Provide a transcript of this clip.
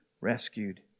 rescued